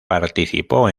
participó